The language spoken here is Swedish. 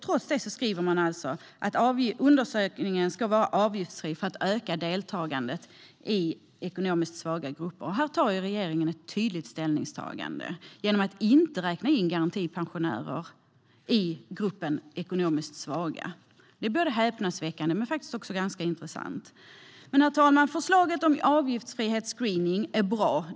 Trots det skriver man alltså: Undersökningen ska vara avgiftsfri för att öka deltagandet i ekonomiskt svaga grupper. Här tar regeringen ett tydligt ställningstagande genom att inte räkna in garantipensionärer i gruppen ekonomiskt svaga. Det är både häpnadsväckande och intressant. Herr talman! Förslaget om avgiftsfri screening är bra.